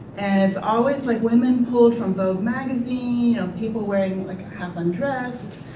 and it's always like women pulled from vogue magazine, people wearing like ah half undressed,